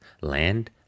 land